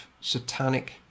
satanic